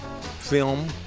film